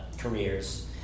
Careers